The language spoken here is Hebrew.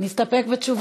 נסתפק בתשובתך?